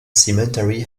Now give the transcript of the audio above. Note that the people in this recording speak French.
cemetery